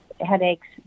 headaches